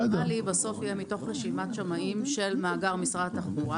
הרנדומלי יהיה בסוף מתוך רשימת שמאים של מאגר משרד התחבורה,